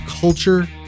culture